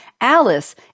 Alice